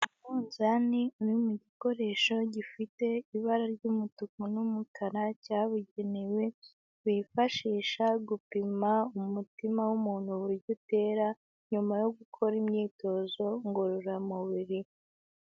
Umunzani uri mu gikoresho gifite ibara ry'umutuku n'umukara cyabugenewe, bifashisha gupima umutima w'umuntu uburyo utera nyuma yo gukora imyitozo ngororamubiri.